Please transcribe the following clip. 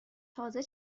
تازه